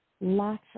lots